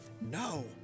no